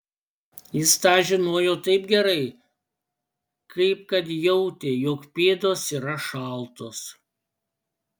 jis tą žinojo taip gerai kaip kad jautė jog pėdos yra šaltos